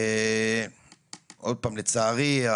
לצערי,